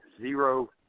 zero